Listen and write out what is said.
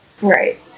Right